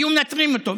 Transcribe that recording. היו מנטרלים אותו,